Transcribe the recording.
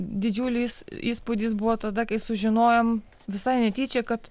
didžiulis įspūdis buvo tada kai sužinojom visai netyčia kad